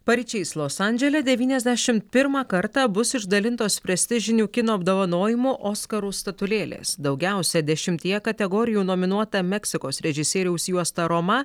paryčiais los andžele devyniasdešimt pirmą kartą bus išdalintos prestižinių kino apdovanojimų oskarų statulėlės daugiausiai dešimtyje kategorijų nominuota meksikos režisieriaus juosta roma